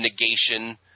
Negation